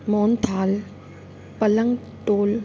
मोहनथाल पलंग टोल